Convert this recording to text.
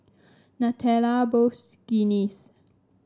Nutella Bosch Guinness